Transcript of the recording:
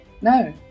No